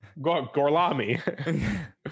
Gorlami